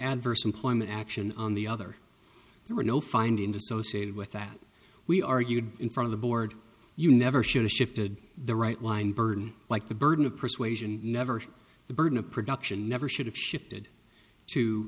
adverse employment action on the other there were no findings associated with that we argued in front of the board you never should have shifted the right line burden like the burden of persuasion never the burden of production never should have shifted to